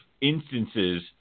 instances –